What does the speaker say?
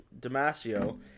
Damasio